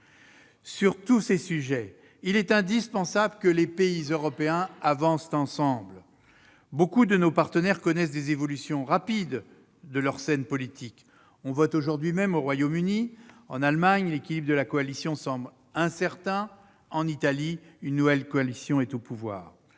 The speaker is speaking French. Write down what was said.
Sur tous ces sujets, il est indispensable que les pays européens avancent ensemble. Nombre de nos partenaires connaissent des évolutions rapides de leur scène politique : on vote aujourd'hui même au Royaume-Uni ; en Allemagne, l'équilibre de la coalition semble incertain ; en Italie, une nouvelle coalition est au pouvoir